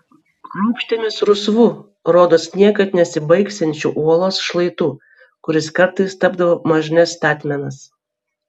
ropštėmės rusvu rodos niekad nesibaigsiančiu uolos šlaitu kuris kartais tapdavo mažne statmenas